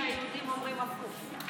אתה יודע שהיהודים אומרים הפוך.